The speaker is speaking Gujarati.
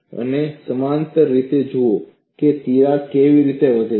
અને સમાંતર રીતે જુઓ કે તિરાડ કેવી રીતે વધે છે